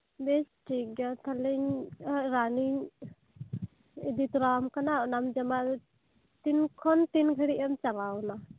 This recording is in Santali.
ᱵᱮᱥ ᱴᱷᱤᱠ ᱜᱮᱭᱟ ᱛᱟᱦᱞᱮ ᱤᱧ ᱨᱟᱱᱤᱧ ᱤᱫᱤ ᱛᱚᱨᱟᱣᱟᱢ ᱠᱟᱱᱟ ᱚᱱᱟᱢ ᱡᱚᱢᱟ ᱛᱤᱱ ᱠᱷᱚᱱ ᱛᱤᱱ ᱜᱷᱟᱲᱤᱡ ᱮᱢ ᱪᱟᱞᱟᱣᱱᱟ